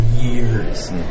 years